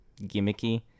gimmicky